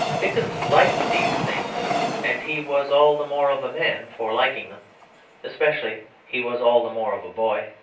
dickens liked these things and he was all the more of a man for liking them especially he was all the more of a boy.